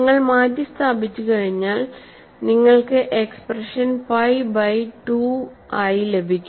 നിങ്ങൾ മാറ്റിസ്ഥാപിച്ചുകഴിഞ്ഞാൽ നിങ്ങൾക്ക് എക്സ്പ്രഷൻ പൈ ബൈ 2 ആയി ലഭിക്കും